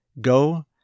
Go